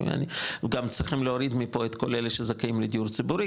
גם צריכים להוריד מפה את כל אלה שזכאים לדיור ציבורי,